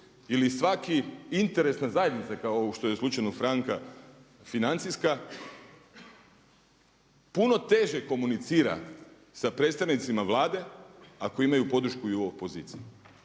ili svaka interesna zajednica kao što je u slučaju Franka financijska puno teže komunicira sa predstavnicima Vlade ako imaju podršku i u opoziciji